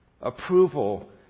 approval